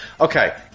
okay